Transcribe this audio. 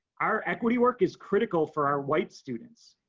our equity work is critical for our white students.